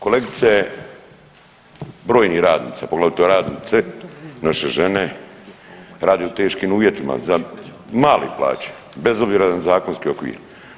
Kolegice, brojni radnici, a poglavito radnice, naše žene rade u teškim uvjetima za male plaće bez obzira na zakonske okvire.